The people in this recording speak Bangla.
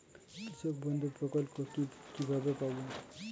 কৃষকবন্ধু প্রকল্প কিভাবে পাব?